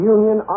Union